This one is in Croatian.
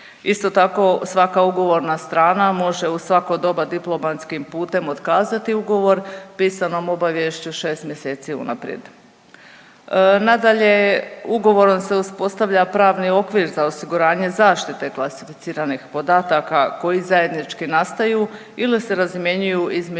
Isto tako svaka ugovorna strana može u svako doba diplomatskim putem otkazati ugovor pisanom obaviješću 6 mjeseci unaprijed. Nadalje, ugovorom se uspostavlja pravni okvir za osiguranje zaštite klasificiranih podataka koji zajednički nastaju ili se razmjenjuju između